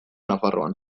nafarroan